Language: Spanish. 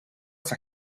esa